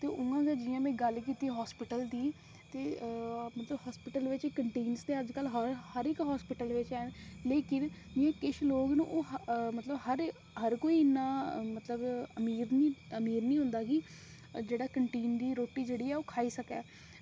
ते उ'आं गै जि'यां में गल्ल कीती हॉस्पिटल दी ते हॉस्पिटल बिच डीन मतलब अज्जकल हर हॉस्पिटल बिच हैन लेकिन किश लोक न हर कोई इन्ना अमीर निं होंदा की जेह्ड़ा ओह् कैंटीन दी रुट्टी खाई सकै